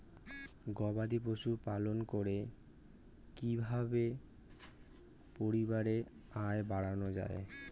গবাদি পশু পালন করে কি কিভাবে পরিবারের আয় বাড়ানো যায়?